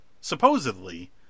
supposedly